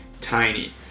tiny